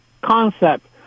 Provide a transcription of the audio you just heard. concept